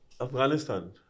Afghanistan